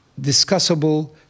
discussable